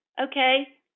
okay